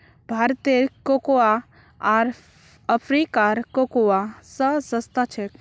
भारतेर कोकोआ आर अफ्रीकार कोकोआ स सस्ता छेक